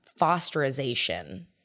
fosterization